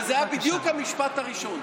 וזה היה בדיוק המשפט הראשון.